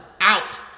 out